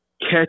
catch